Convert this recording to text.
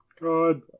Good